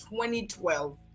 2012